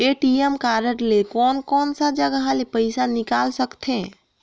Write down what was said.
ATM card ले कोन कोन सा जगह ले पइसा निकाल सकथे?